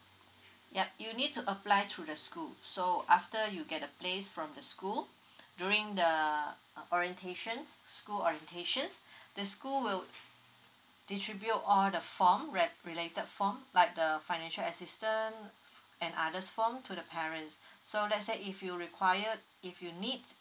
yup you need to apply through the school so after you get the place from the school during the orientations school orientations the school will distribute all the form related form like the financial assistant and others form to the parents so let's say if you require if you need